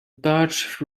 dutch